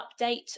update